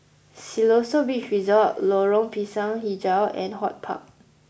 Siloso Beach Resort Lorong Pisang HiJau and HortPark